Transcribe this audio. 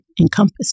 encompassed